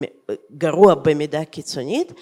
גרוע במידה קיצונית